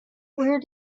where